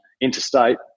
interstate